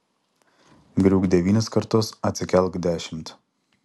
griūk devynis kartus atsikelk dešimt